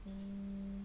mmhmm